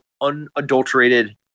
unadulterated